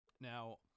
Now